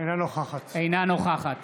אינה נוכחת